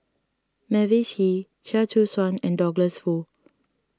Mavis Hee Chia Choo Suan and Douglas Foo